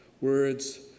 Words